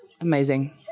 Amazing